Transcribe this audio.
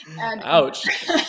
Ouch